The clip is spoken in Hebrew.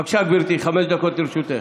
בבקשה, גברתי, חמש דקות לרשותך.